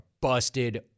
busted